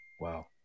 wow